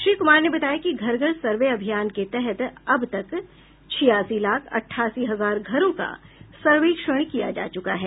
श्री कुमार ने बताया कि घर घर सर्वे अभियान के तहत अब तक छियासी लाख अठासी हजार घरों का सर्वेक्षण किया जा चुका है